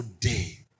today